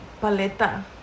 paleta